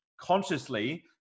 consciously